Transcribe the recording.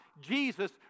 Jesus